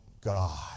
God